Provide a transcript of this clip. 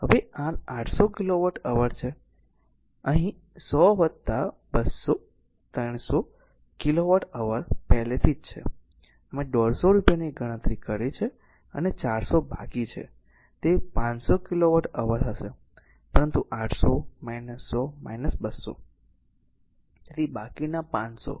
હવે r 800 kilowatt hour છે હવે અહીં 100 200 300 કિલોવોટ અવર પહેલેથી જ છે અમે 150 રૂપિયાની ગણતરી કરી છે અને 400 બાકી છે તે 500 કિલોવોટ અવર હશે પરંતુ 800 100 200 તેથી બાકીના 500